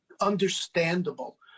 understandable